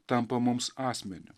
tampa mums asmeniu